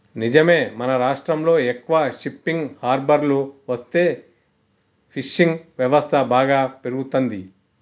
నిజమే మన రాష్ట్రంలో ఎక్కువ షిప్పింగ్ హార్బర్లు వస్తే ఫిషింగ్ వ్యవస్థ బాగా పెరుగుతంది